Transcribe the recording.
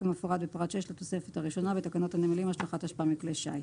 כמפורט בפרט (6) לתוספת הראשונה בתקנות הנמלים השלכת אשפה מכלי שיט".